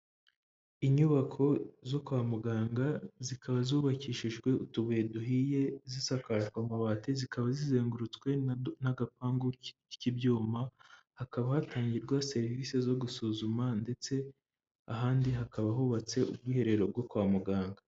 Inyubako zo kwa muganga, zikaba zubakishijwe utubuye duhiye, zisakajwe amabati, zikaba zizengurutswe n'agapangu k'ibyuma, hakaba hatangirwa serivisi zo gusuzuma ndetse ahandi hakaba hubatse ubwiherero bwo kwa muganga.